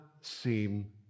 seem